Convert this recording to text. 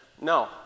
no